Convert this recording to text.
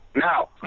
now